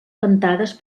cantades